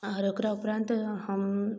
आओर ओकरा उपरान्त हम